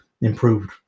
improved